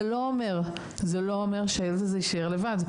זה לא אומר שהילד הזה יישאר לבד.